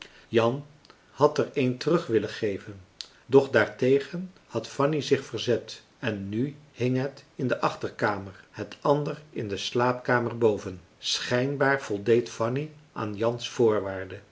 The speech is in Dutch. jan had er een terug willen geven doch daartegen had fanny zich verzet en nu hing het in de achterkamer het ander in de slaapkamer boven schijnbaar voldeed fanny aan jan's voorwaarde